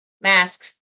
masks